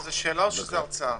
זו שאלה או הרצאה?